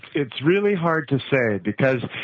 it's really hard to say because,